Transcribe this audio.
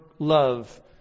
Love